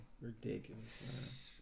Ridiculous